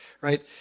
right